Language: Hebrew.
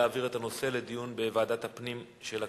מצביע בעד העברת הנושא לדיון בוועדת הפנים של הכנסת.